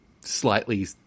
slightly